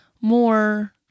more